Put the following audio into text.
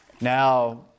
Now